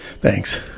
Thanks